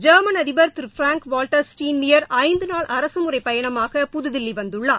ஜோமன் அதிபர் திரு Frank Walter Steinmeier ஐந்து நாள் அரசுமுறைப் பயணமாக புதுதில்லி வந்துள்ளார்